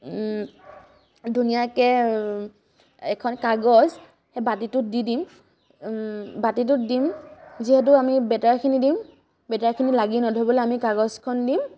ধুনীয়াকৈ এখন কাগজ বাতিটোত দি দিম বাতিটোত দিম যিহেতু আমি বেটাৰখিনি দিম বেটাৰখিনি লাগি ধৰিবলৈ আমি কাগজখন দিম